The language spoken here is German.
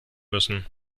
müssen